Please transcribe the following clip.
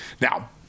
Now